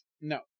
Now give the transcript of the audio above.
No